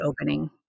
opening